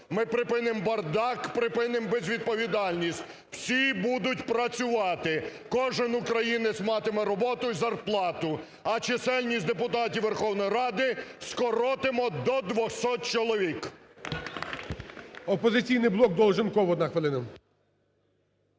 ми припинимо бардак, припинимо безвідповідальність, всі будуть працювати, кожен українець матиме роботу і зарплату, а чисельність депутатів Верховної Ради скоротимо до 200 чоловік.